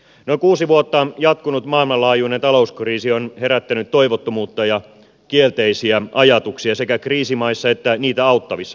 noin kuusi vuotta jatkunut maailmanlaajuinen talouskriisi on herättänyt toivottomuutta ja kielteisiä ajatuksia sekä kriisimaissa että niitä auttavissa maissa